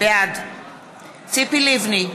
בעד ציפי לבני,